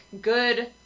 good